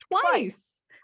Twice